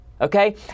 okay